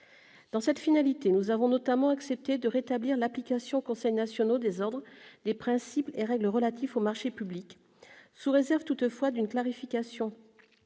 Dans cette finalité, nous avons notamment accepté de rétablir l'application aux conseils nationaux des ordres des principes et règles relatifs aux marchés publics, sous réserve toutefois d'une clarification